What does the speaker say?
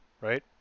right